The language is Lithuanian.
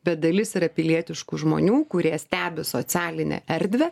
bet dalis yra pilietiškų žmonių kurie stebi socialinę erdvę